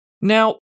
now